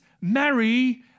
marry